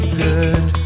good